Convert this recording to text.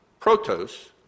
protos